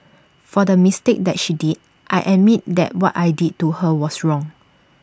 for the mistake that she did I admit that what I did to her was wrong